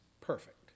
perfect